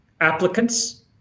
applicants